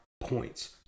points